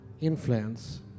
influence